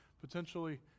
potentially